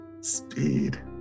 speed